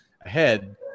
ahead